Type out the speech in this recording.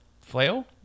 flail